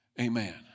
Amen